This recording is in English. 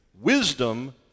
wisdom